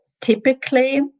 typically